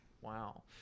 Wow